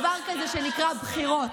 דבר כזה שנקרא בחירות.